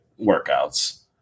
workouts